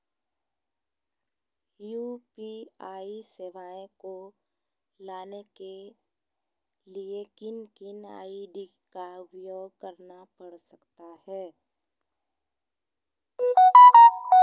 UPI सेवाएं को लाने के लिए किन किन आई.डी का उपयोग करना पड़ सकता है?